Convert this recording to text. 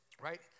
right